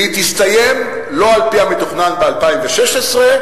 והיא תסתיים לא על-פי המתוכנן, ב-2016,